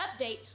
update